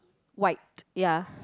white ya